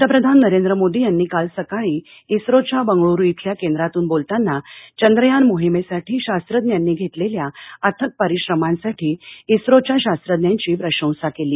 पंतप्रधान नरेंद्र मोदी यांनी काल सकाळी इस्रोच्या बंगळूरू इथल्या केंद्रातून बोलताना चंद्रयान मोहीमेसाठी शास्त्रज्ञांनी घेतलेल्या अथक परिश्रमांसाठी इस्रोच्या शास्त्रज्ञांची प्रशंसा केली